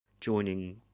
joining